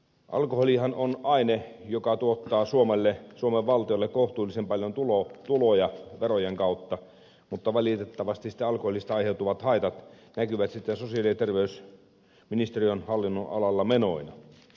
alkoholihan on aine joka tuottaa suomen valtiolle kohtuullisen paljon tuloja verojen kautta mutta valitettavasti alkoholista aiheutuvat haitat näkyvät sitten sosiaali ja terveysministeriön hallinnonalalla menoina